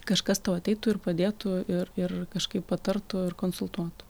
kažkas tau ateitų ir padėtų ir ir kažkaip patartų ir konsultuotų